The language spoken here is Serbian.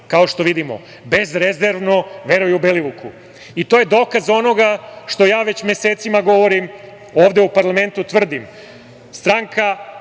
kao što vidimo, bezrezervno veruju Belivuku. I to je dokaz onoga što ja već mesecima govorim, ovde u parlamentu tvrdim, Đilasova